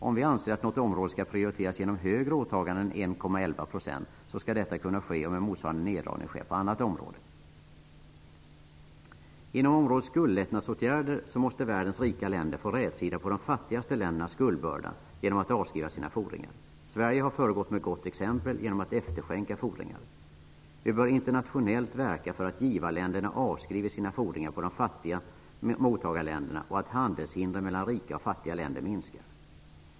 Om vi anser att något område skall prioriteras genom högre åtaganden än 1,11 %, skall detta kunna ske om en motsvarande neddragning sker på annat område. Inom området skuldlättnadsåtgärder måste världens rika länder få rätsida på de fattigaste ländernas skuldbörda genom att avskriva sina fordringar. Sverige har föregått med gott exempel genom att efterskänka fordringar. Vi bör internationellt verka för att givarländerna avskriver sina fordringar på de fattiga mottagarländerna och att handelshindren mellan rika och fattiga länder minskar.